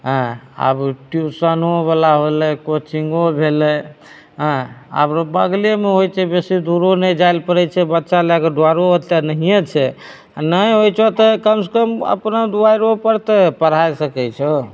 एँ आब ट्युशनोबला होलै कोचिंगो भेलै एँ आब बगलेमे होइत छै बेसी दूरो नहि जाइ लए पड़ैत छै बच्चा लएके डरो ओतेक नहिएँ छै आ नहि होइत छौ तऽ कमसँ कम अपना दुआरिओ पर तऽ पढ़ाइ सकैत छ्हो